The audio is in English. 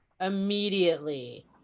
immediately